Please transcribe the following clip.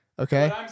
Okay